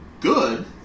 good